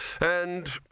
and